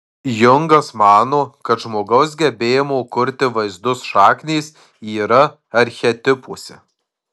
jungas mano kad žmogaus gebėjimo kurti vaizdus šaknys yra archetipuose